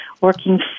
working